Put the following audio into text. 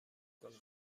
کنم